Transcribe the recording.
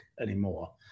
anymore